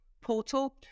portal